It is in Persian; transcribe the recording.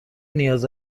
نیاز